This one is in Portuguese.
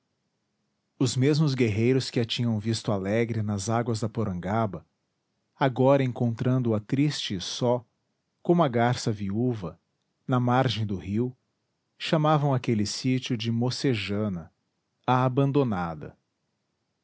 os mesmos guerreiros que a tinham visto alegre nas águas da porangaba agora encontrando a triste e só como a garça viúva na margem do rio chamavam aquele sítio da mocejana a abandonada